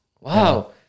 Wow